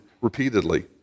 repeatedly